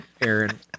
Aaron